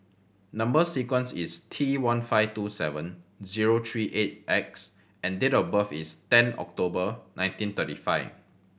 number sequence is T one five two seven zero three eight X and date of birth is ten October nineteen thirty five